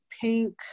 pink